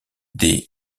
des